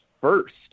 first